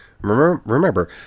Remember